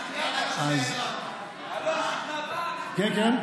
מה הלחץ, כן, כן.